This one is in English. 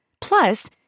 Plus